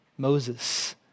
Moses